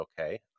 okay